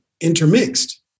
intermixed